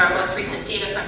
most recent data